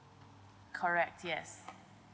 correct yes